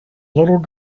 little